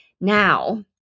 now